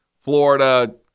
Florida